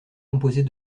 composée